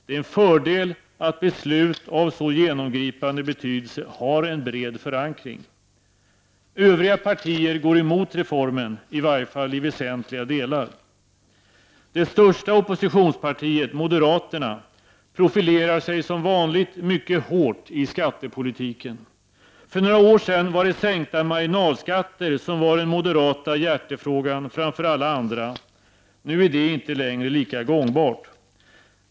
Det är en fördel att beslut av så genomgripande betydelse har en bred förankring. Övriga partier går emot reformen, i varje fall i väsentliga delar. Det största oppositionspartiet, moderaterna, profilerar sig som vanligt mycket hårt i skattepolitiken. För några år sedan var det sänkta marginalskatter som var den moderata hjärtefrågan framför alla andra. Nu är det inte längre lika gångbart.